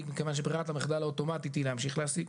מכיוון שברירת המחדל האוטומטית היא להמשיך להעסיק,